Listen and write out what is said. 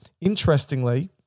interestingly